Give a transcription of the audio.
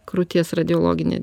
krūties radiologinė